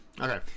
Okay